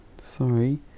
Sorry